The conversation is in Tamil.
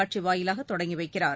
காட்சி வாயிலாக தொடங்கி வைக்கிறார்